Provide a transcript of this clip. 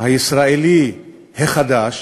הישראלי החדש,